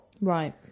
Right